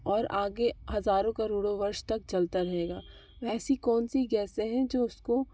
और आगे हज़ारों करोड़ों वर्ष तक जलता रहेगा ऐसी कौन सी गैसें हैं जो उसको